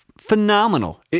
phenomenal